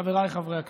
חבריי חברי הכנסת,